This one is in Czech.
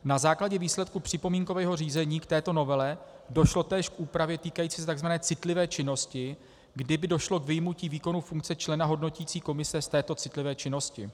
Na základě výsledku připomínkového řízení k této novele došlo též k úpravě týkající se takzvané citlivé činnosti, kdy došlo k vyjmutí výkonu funkce člena hodnoticí komise z této citlivé činnosti.